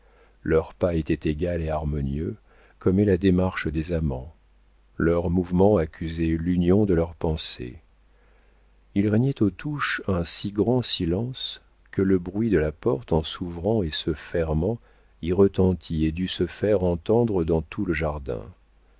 leur pas était égal et harmonieux comme est la démarche des amants leur mouvement accusait l'union de leur pensée il régnait aux touches un si grand silence que le bruit de la porte en s'ouvrant et se fermant y retentit et dut se faire entendre dans tout le jardin